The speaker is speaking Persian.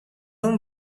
اون